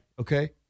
Okay